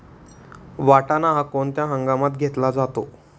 वाटाणा हा कोणत्या हंगामात घेतला जातो?